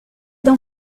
dans